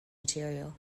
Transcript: material